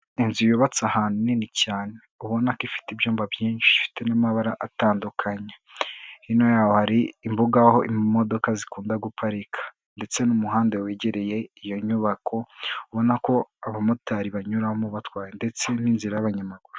Inzu yubatse ahanini cyane, ubona ko ifite ibyumba byinshi bifite n'amabara atandukanye. Hino yaho hari imbuga aho imodoka zikunda guparika ndetse n'umuhanda wegereye iyo nyubako, ubona ko abamotari banyuramo batwaye ndetse n'inzira y'abanyamaguru.